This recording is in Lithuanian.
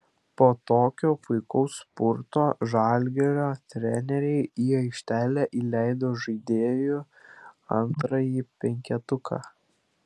po tokio puikaus spurto žalgirio treneriai į aikštelę įleido žaidėjų antrąjį penketuką